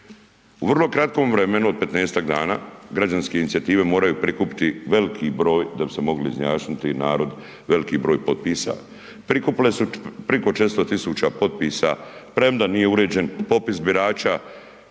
U vrlo kratkom vremenu od 15-ak dana građanske inicijative moraju prikupiti veliki broj da bi se moglo izjasniti i narod, veliki broj potpisa, prikupile su preko 400 000 potpisa premda nije uređen popis birača